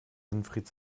winfried